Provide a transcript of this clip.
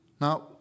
Now